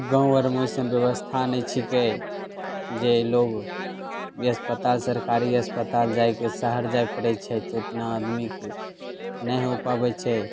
गाँव आरमे ओइसन बेबस्था नहि छिकै जे लोग अस्पताल सरकारी अस्पताल जाइके शहर जाए पड़ैत छै तऽ ओतना आदमीक नहि हो पाबैत छै